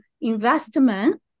investment